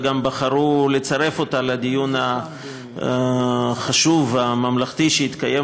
וגם בחרו לצרף אותה לדיון החשוב והממלכתי שיתקיים